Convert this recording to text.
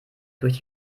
durch